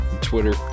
Twitter